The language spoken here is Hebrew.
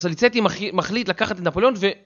זלצטי מחליט ‫לקחת את נפוליון ו...